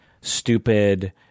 stupid